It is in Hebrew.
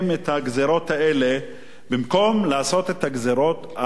במקום לעשות את הגזירות על החברות שיש להן.